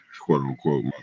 quote-unquote